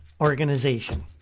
organization